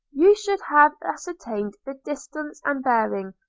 you should have ascertained the distance and bearing,